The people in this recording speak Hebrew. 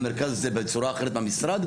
המרכז הזה בצורה אחרת מהמשרד.